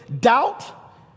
Doubt